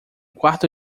quarto